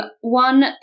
One